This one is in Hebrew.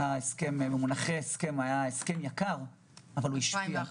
שהיה הסכם יקר --- ב-2011?